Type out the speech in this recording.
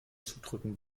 zudrücken